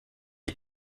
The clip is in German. ich